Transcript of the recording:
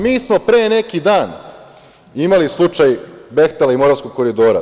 Mi smo pre neki dan imali slučaj „Behtela“ i „Moravskog koridora“